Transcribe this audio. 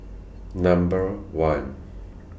Number one